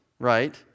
Right